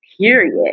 period